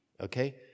okay